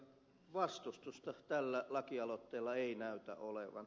vastustusta tällä lakialoitteella ei näytä olevan